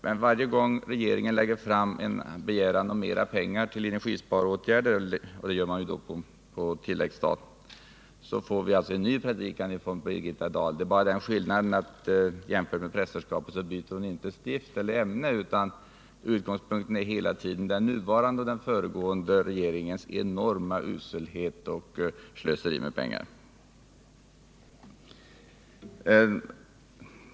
Och varje gång regeringen lägger fram en begäran om mera pengar till energisparåtgärder — det gäller då medel på tilläggsstat — får vi en ny predikan från Birgitta Dahl. Det är bara den skillnaden jämfört med prästerskapet att Birgitta Dahl inte byter ämne, utan utgångspunkten för henne är alltid den nuvarande och den föregående regeringens enorma uselhet och slöseri med pengar.